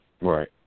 Right